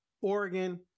Oregon